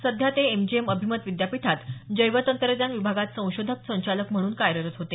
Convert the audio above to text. सध्या ते एमजीएम अभिमत विद्यापीठात जैव तंत्रज्ञान विभागात संशोधक संचालक म्हणून कार्यरत होते